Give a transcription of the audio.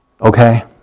okay